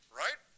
right